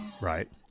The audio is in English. Right